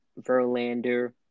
Verlander